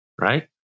right